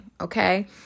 Okay